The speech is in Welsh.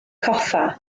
coffa